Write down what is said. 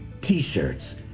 T-shirts